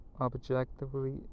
objectively